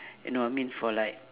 you know I mean for like